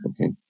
Okay